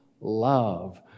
love